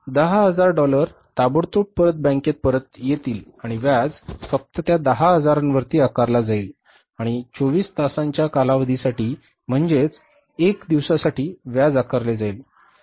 तर 10000 डॉलर ताबडतोब परत बँकेत परत येतील आणि व्याज फक्त त्या दहा हजारांवरती आकारला जाईल आणि 24 तासांच्या कालावधीसाठी म्हणजेच एका दिवसासाठी व्याज आकारले जाईल